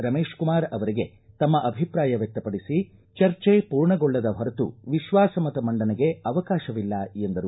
ರಮೇಶ್ಕುಮಾರ್ ಅವರಿಗೆ ತಮ್ನ ಅಭಿಪ್ರಾಯ ವ್ಯಕ್ತಪಡಿಸಿ ಚರ್ಚೆ ಪೂರ್ಣಗೊಳ್ಳದ ಹೊರತು ವಿಶ್ವಾಸ ಮತ ಮಂಡನೆಗೆ ಅವಕಾಶವಿಲ್ಲ ಎಂದರು